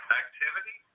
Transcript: activity